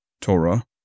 Torah